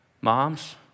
Moms